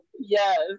Yes